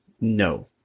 No